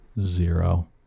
zero